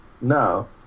No